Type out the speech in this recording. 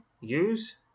Use